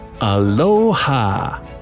Aloha